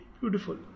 Beautiful